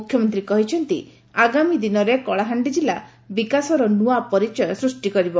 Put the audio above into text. ମୁଖ୍ୟମନ୍ତୀ କହିଛନ୍ତି ଆଗାମୀ ଦିନରେ କଳାହାଣ୍ଡି କିଲ୍ଲ ବିକାଶର ନ୍ତଆ ପରିଚୟ ସୃଷ୍ଟି କରିବ